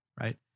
right